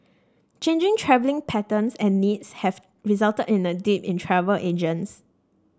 changing travelling patterns and needs have resulted in a dip in travel agents